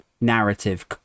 narrative